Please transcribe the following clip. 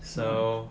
so